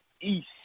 East